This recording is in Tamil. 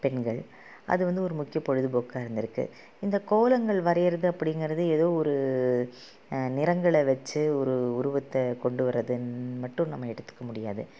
பெண்கள் அது வந்து ஒரு முக்கிய பொழுதுப்போக்காக இருந்திருக்கு இந்த கோலங்கள் வரைகிறது அப்படிங்கறது ஏதோ ஒரு நிறங்களை வச்சு ஒரு உருவத்தை கொண்டு வரதுன்னு மட்டும் நம்ம எடுத்துக்க முடியாது